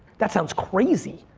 that sounds crazy,